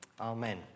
amen